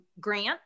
Grant